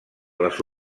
les